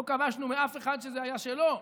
לא כבשנו מאף אחד שזה היה שלו.